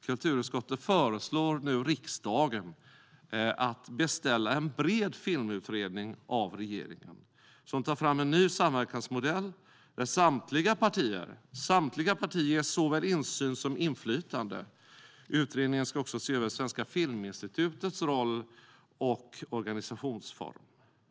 Kulturutskottet föreslår nu riksdagen att beställa en bred filmutredning av regeringen som tar fram en ny samverkansmodell där samtliga partier ges såväl insyn som inflytande. Utredningen ska också se över Svenska Filminstitutets roll och organisationsform.